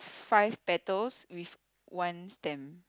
five petals with one stem